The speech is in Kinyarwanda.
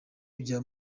bya